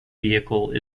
vehicle